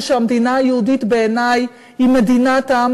ושהמדינה היהודית בעיני היא מדינת העם